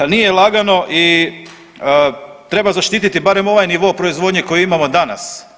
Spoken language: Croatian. Nije lagano i treba zaštiti barem ovaj nivo proizvodnje koji imamo danas.